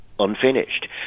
unfinished